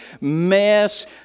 mess